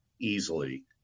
easily